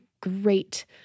great